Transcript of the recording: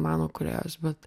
meno kūrėjos bet